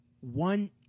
one